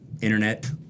Internet